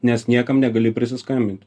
nes niekam negali prisiskambinti